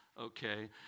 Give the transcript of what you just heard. Okay